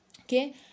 okay